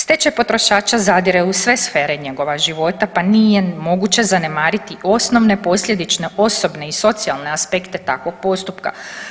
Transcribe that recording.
Stečaj potrošača zadire u sve sfere njegova života pa nije moguće zanemariti osnovne posljedične osobne i socijalne aspekte takvog postupka.